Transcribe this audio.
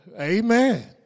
Amen